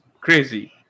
crazy